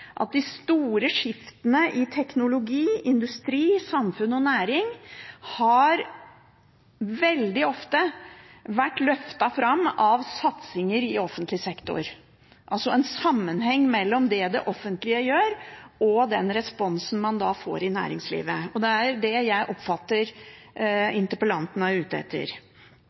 at de store skiftene i teknologi, industri, samfunn og næring veldig ofte har vært løftet fram av satsinger i offentlig sektor – altså en sammenheng mellom det det offentlige gjør, og den responsen man får i næringslivet. Og det er det jeg oppfatter